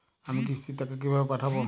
আমি কিস্তির টাকা কিভাবে পাঠাব?